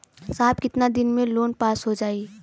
साहब कितना दिन में लोन पास हो जाई?